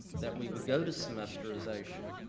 that we would go to semesterization,